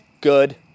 good